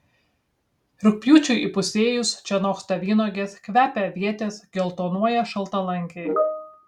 rugpjūčiui įpusėjus čia noksta vynuogės kvepia avietės geltonuoja šaltalankiai